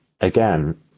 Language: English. again